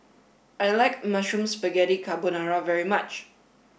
I like Mushroom Spaghetti Carbonara very much